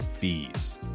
fees